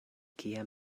kiam